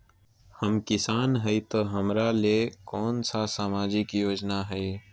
हम किसान हई तो हमरा ले कोन सा सामाजिक योजना है?